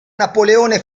napoleone